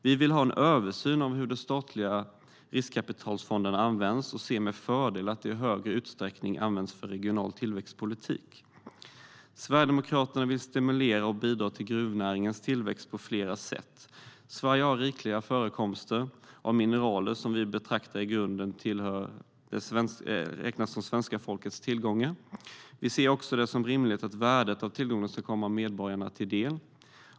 Vi vill ha en översyn av hur de statliga riskkapitalfonderna används och ser med fördel att de i större utsträckning används för regional tillväxtpolitik. Sverigedemokraterna vill stimulera och bidra till gruvnäringens tillväxt på flera sätt. Sverige har rikliga förekomster av mineraler. Vi betraktar detta som svenska folkets tillgångar i grunden. Vi ser det också som rimligt att värdet av tillgångarna ska komma medborgarna till del.